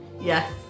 Yes